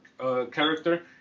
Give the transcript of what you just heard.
character